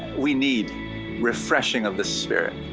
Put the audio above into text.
we need refreshing of the spirit.